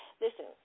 listen